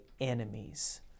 enemies